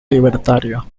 libertario